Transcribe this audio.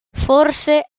forse